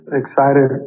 excited